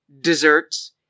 Desserts